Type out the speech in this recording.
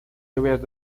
lluvias